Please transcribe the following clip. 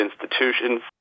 institutions